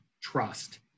trust